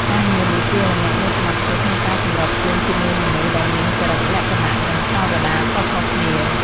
ការងារនេះជួយឱ្យអ្នកមានសមត្ថភាពក្នុងការសម្របខ្លួនជាមួយមនុស្សដែលមានចរិតលក្ខណៈ និងសាវតារខុសៗគ្នា។